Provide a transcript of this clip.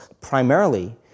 primarily